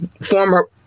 former